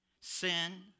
sin